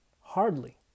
Hardly